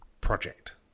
project